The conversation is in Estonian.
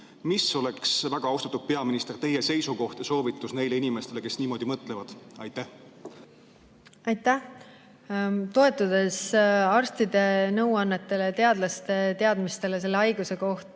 Mis oleks, väga austatud peaminister, teie seisukoht ja soovitus neile inimestele, kes niimoodi mõtlevad? Aitäh! Toetudes arstide nõuannetele ja teadlaste teadmistele selle haiguse kohta,